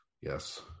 yes